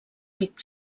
pic